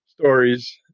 stories